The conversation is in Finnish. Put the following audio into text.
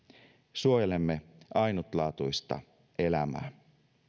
suojelemme ainutlaatuista elämää